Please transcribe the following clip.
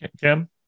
kim